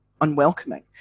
unwelcoming